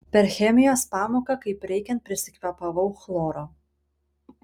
per chemijos pamoką kaip reikiant prisikvėpavau chloro